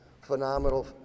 phenomenal